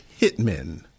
hitmen